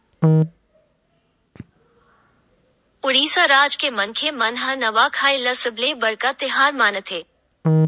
उड़ीसा राज के मनखे मन ह नवाखाई ल सबले बड़का तिहार मानथे